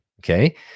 Okay